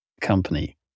company